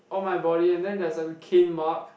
all my body and then there's a cane mark